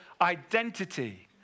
Identity